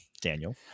Daniel